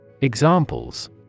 Examples